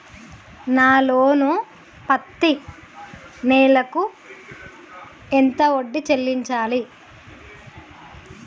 నా లోను పత్తి నెల కు ఎంత వడ్డీ చెల్లించాలి?